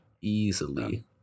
Easily